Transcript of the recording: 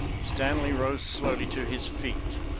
stanley rose slowly to his feet.